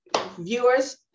viewers